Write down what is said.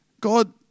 God